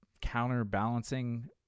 counterbalancing